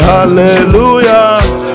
Hallelujah